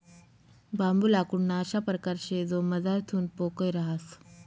बांबू लाकूडना अशा परकार शे जो मझारथून पोकय रहास